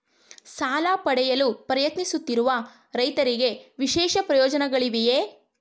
ಸಾಲ ಪಡೆಯಲು ಪ್ರಯತ್ನಿಸುತ್ತಿರುವ ರೈತರಿಗೆ ವಿಶೇಷ ಪ್ರಯೋಜನಗಳಿವೆಯೇ?